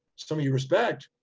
somebody you respect,